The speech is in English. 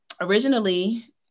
originally